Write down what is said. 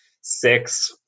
six